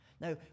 Now